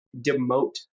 demote